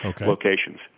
locations